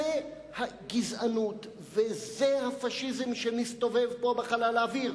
זו הגזענות וזה הפאשיזם שמסתובבים פה בחלל האוויר,